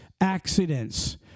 accidents